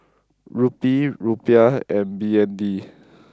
Rupee Rupiah and B N D